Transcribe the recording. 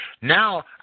Now